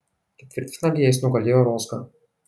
ketvirtfinalyje jis nugalėjo rozgą